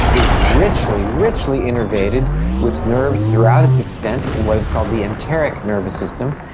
is richly, richly innervated with nerves throughout its extent in what is called the enteric nervous system,